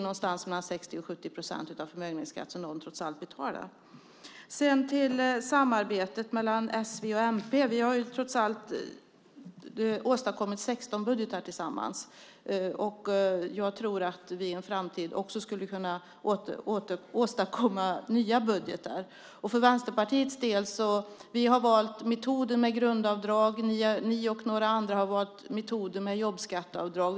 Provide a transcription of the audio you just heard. Någonstans mellan 60 och 70 procent av förmögenhetsskatten som någon trots allt betalar betalas av dem. Sedan går jag till samarbetet mellan s, v och mp. Vi har trots allt åstadkommit 16 budgetar tillsammans. Jag tror att vi i en framtid kan åstadkomma nya budgetar. För Vänsterpartiets del har vi valt metoder med grundavdrag. Ni och några andra har valt metoder med jobbskatteavdrag.